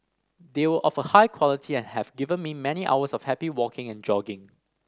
they were of a high quality and have given me many hours of happy walking and jogging